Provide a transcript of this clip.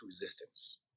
resistance